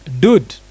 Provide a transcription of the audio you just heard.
dude